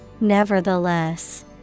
nevertheless